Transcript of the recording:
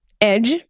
edge